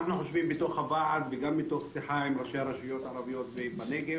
אנחנו חושבים בוועד ומתוך שיחה עם ראשי הרשויות הערביות בנגב,